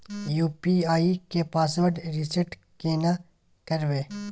UPI के password reset केना करबे?